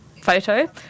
photo